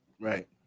right